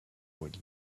will